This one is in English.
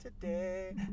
today